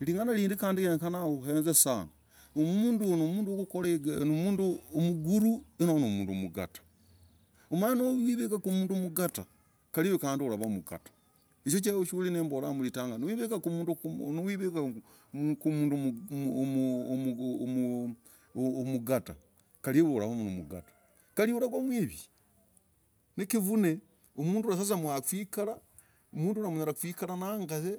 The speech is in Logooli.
ling'anah hindi yenyekena huwenz sanaa mnduu huyu nimnduu wakorah igasii nimnduu mguruu nombah nimnduu mgataa umanye naivukah kumnduu mgataa umekalii iv ulatangah kuvaa mgataa hichoo sulimbolah mlitah nuuivikaa kumnduu mnduu mguruu mnduu mgataa kali unyalah kuvaa mwivii nikivune sasa mnduu hulah sasa mwakwirana naye unyalah kwikaranayee.